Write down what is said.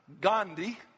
Gandhi